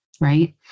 right